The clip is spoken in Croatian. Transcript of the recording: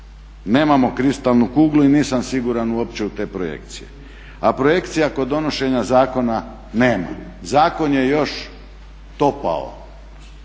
Nemamo kristalnu kuglu i nisam siguran uopće u te projekcije. A projekcija kod donošenja zakona nema. Zakon je još topao,